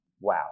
Wow